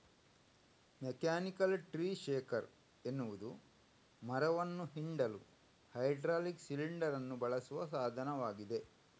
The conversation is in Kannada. ಮೆಕ್ಯಾನಿಕಲ್ ಟ್ರೀ ಶೇಕರ್ ಎನ್ನುವುದು ಮರವನ್ನ ಹಿಂಡಲು ಹೈಡ್ರಾಲಿಕ್ ಸಿಲಿಂಡರ್ ಅನ್ನು ಬಳಸುವ ಸಾಧನವಾಗಿದೆ